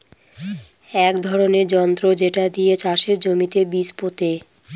এক ধরনের যন্ত্র যেটা দিয়ে চাষের জমিতে বীজ পোতে